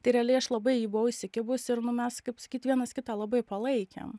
tai realiai aš labai į jį buvau įsikibus ir nu mes kaip sakyt vienas kitą labai palaikėm